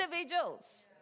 individuals